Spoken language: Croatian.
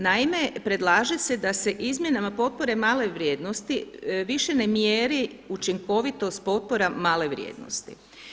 Naime, predlaže se da se izmjenama potpore male vrijednosti više ne mjeri učinkovitost potpora male vrijednosti.